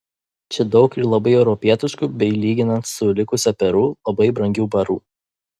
čia daug ir labai europietiškų bei lyginant su likusia peru labai brangių barų